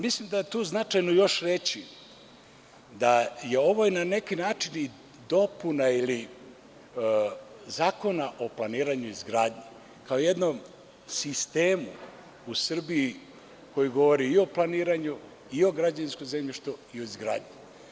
Mislim da je tu značajno još reći da je ovo na neki način dopuna Zakona o planiranju i izgradnji kao jednom sistemu u Srbiji koji govori i o planiranju i o građevinskom zemljištu i o izgradnji.